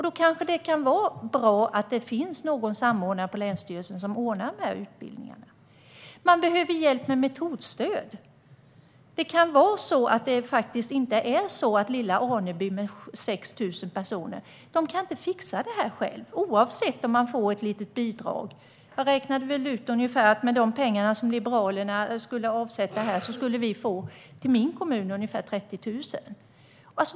Då kan det vara bra att det finns en samordnare på länsstyrelsen som ordnar utbildningarna. Kommunerna behöver hjälp med metodstöd. Det kan vara så att lilla Aneby kommun med 6 000 invånare inte kan fixa detta själv - oavsett om kommunen får ett litet bidrag. Jag räknade ut att med de pengar som Liberalerna skulle avsätta skulle min kommun få ungefär 30 000.